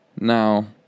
Now